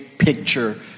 picture